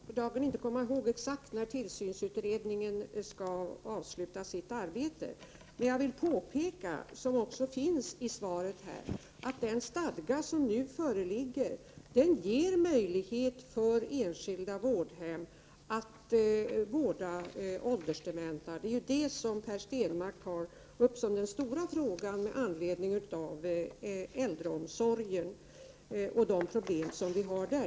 Herr talman! Jag kan för dagen inte komma ihåg när tillsynsutredningen exakt skall avsluta sitt arbete. Men jag vill påpeka, som också nämns i svaret, att den stadga som nu föreligger ger möjlighet för enskilda vårdhem att vårda åldersdementa — det är ju den stora fråga som Per Stenmarck har ställt med anledning av problemen inom äldreomsorgen.